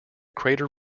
crater